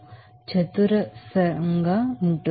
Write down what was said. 92 చతురస్రంగా ఉంటుంది